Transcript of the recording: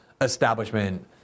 establishment